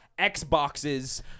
xboxes